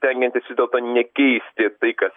stengiantis vis dėlto nekeisti tai kas